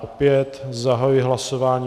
Opět zahajuji hlasování.